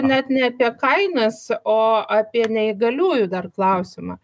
net ne apie kainas o apie neįgaliųjų dar klausimą